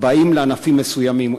באים לענפים מסוימים.